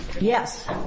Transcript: Yes